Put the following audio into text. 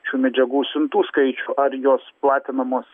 šių medžiagų siuntų skaičių ar jos platinamos